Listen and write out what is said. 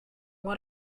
what